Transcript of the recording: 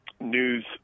news